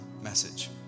message